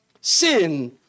sin